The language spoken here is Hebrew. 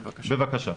בבקשה.